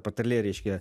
patarlė reiškia